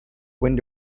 wind